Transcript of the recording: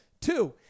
Two